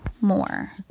more